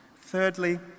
Thirdly